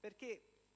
perché